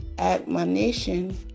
admonition